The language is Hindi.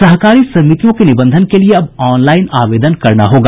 सहकारी समितियों के निबंधन के लिए अब ऑनलाईन आवेदन करना होगा